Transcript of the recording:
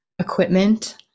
equipment